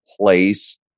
place